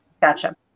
Gotcha